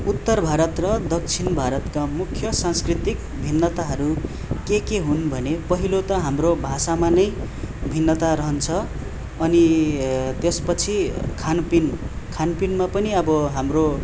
उत्तर भारत र दक्षिण भारतका मुख्य सांस्कृतिक भिन्नताहरू के के हुन् भने पहिलो त हाम्रो भाषामा नै भिन्नता रहन्छ अनि त्यसपछि खानपिन खानपिनमा पनि अब हाम्रो